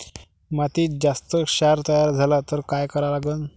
मातीत जास्त क्षार तयार झाला तर काय करा लागन?